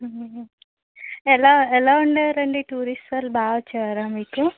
ఎలా ఎలా ఉండేవారు అండి టూరిస్టులు సార్ బాగా వచ్చేవారా మీకు